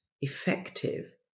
effective